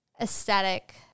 aesthetic